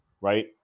Right